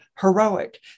heroic